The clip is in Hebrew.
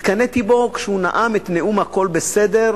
התקנאתי בו כשהוא נאם את נאום "הכול בסדר",